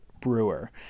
Brewer